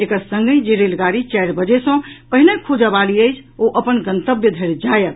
एकर संगहि जे रेलगाड़ी चारि बजे सँ पहिने खुजय वाली अछि ओ अपन गंतव्य धरि जायत